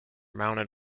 mounted